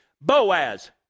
Boaz